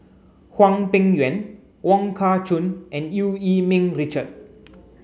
Hwang Peng Yuan Wong Kah Chun and Eu Yee Ming Richard